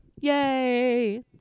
Yay